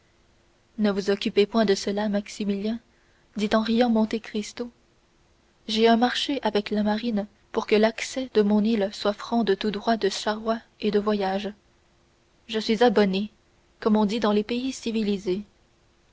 ne vous occupez point de cela maximilien dit en riant monte cristo j'ai un marché avec la marine pour que l'accès de mon île soit franc de tout droit de charroi et de voyage je suis abonné comme on dit dans les pays civilisés